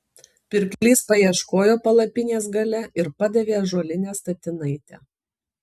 pirklys paieškojo palapinės gale ir padavė ąžuolinę statinaitę